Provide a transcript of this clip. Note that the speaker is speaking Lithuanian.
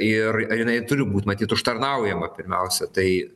ir jinai turi būt matyt užtarnaujama pirmiausia tai